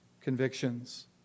convictions